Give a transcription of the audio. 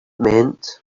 meant